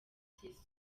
sisqo